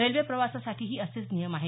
रेल्वेप्रवासासाठीही असेच नियम आहेत